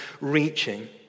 reaching